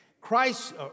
Christ